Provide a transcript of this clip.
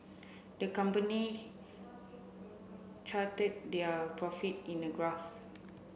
the company charted their profit in a graph